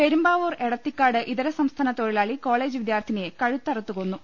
പെരുമ്പാവൂർ എടത്തിക്കാട് ഇതര സംസ്ഥാന തൊഴിലാളി കോളേജ് വിദ്യാർത്ഥിനിയെ കഴുത്തറുത്തുകൊന്നു